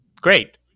great